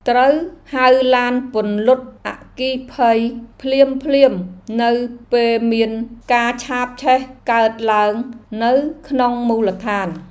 ត្រូវហៅឡានពន្លត់អគ្គិភ័យភ្លាមៗនៅពេលមានការឆាបឆេះកើតឡើងនៅក្នុងមូលដ្ឋាន។